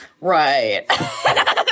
Right